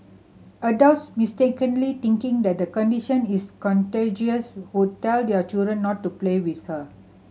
adults mistakenly thinking that the condition is contagious would tell their children not to play with her